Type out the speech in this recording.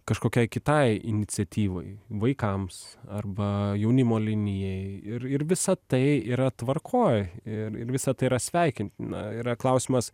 kažkokiai kitai iniciatyvai vaikams arba jaunimo linijai ir ir visa tai yra tvarkoj ir ir visa tai yra sveikintina yra klausimas